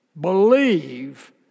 believe